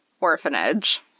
orphanage